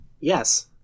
Yes